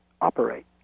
operate